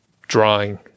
drawing